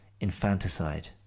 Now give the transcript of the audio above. infanticide